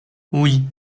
oui